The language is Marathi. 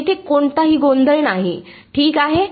तर तेथे कोणताही गोंधळ नाही ठीक आहे